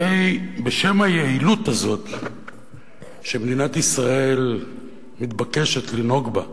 הרי בשם היעילות הזאת שמדינת ישראל מתבקשת לנהוג בה,